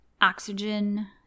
oxygen